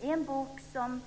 I en bok som